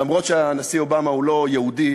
אף שהנשיא אובמה לא יהודי,